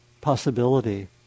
possibility